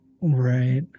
Right